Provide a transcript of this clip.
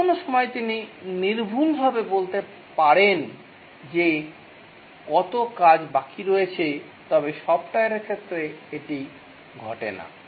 যে কোনও সময় তিনি নির্ভুলভাবে বলতে পারেন যে কত কাজ বাকি রয়েছে তবে সফ্টওয়্যারের ক্ষেত্রে এটি ঘটে না